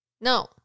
No